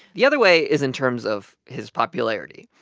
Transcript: the other way is in terms of his popularity.